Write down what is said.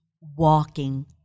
walking